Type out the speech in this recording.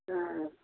ꯑ